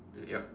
yup